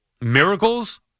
miracles